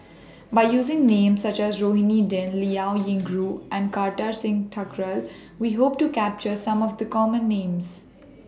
By using Names such as Rohani Din Liao Yingru and Kartar Singh Thakral We Hope to capture Some of The Common Names